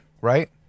right